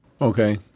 Okay